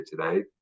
today